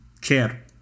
care